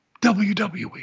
WWE